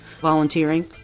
volunteering